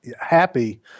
happy